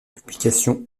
publication